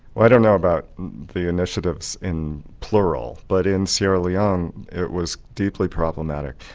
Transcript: i don't know about the initiatives in plural, but in sierra leone it was deeply problematic.